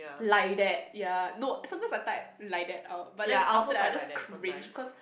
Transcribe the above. like that ya no some times I type like that out but then after that I just cringe cause